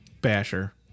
Basher